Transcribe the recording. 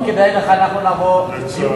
לא כדאי לך, אנחנו נבוא במקומכם.